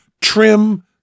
trim